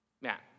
Matt